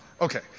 okay